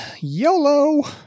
YOLO